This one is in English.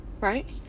right